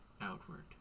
outward